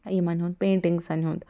یِمَن ہُنٛد پیٚنٹِنٛگسَن ہُنٛد